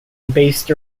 based